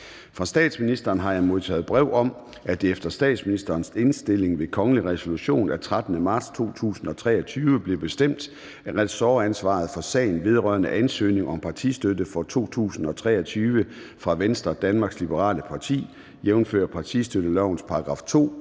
Fra statsministeren har jeg modtaget brev om, at det efter statsministerens indstilling ved kongelig resolution af 13. marts 2023 blev bestemt, at ressortansvaret for sagen vedrørende ansøgning om partistøtte for 2023 fra Venstre, Danmarks Liberale Parti, jf. partistøttelovens § 2,